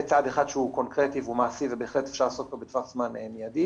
זה צעד אחד שהוא קונקרטי ומעשי ובהחלט אפשר לעשות אותו בטווח זמן מיידי.